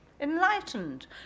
enlightened